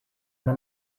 una